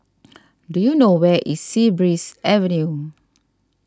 do you know where is Sea Breeze Avenue